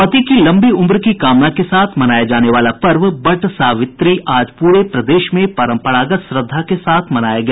पति की लम्बी उम्र की कामना के साथ मनाया जाने वाला पर्व वटसावित्री आज पूरे प्रदेश में परंपरागत श्रद्धा के साथ मनाया गया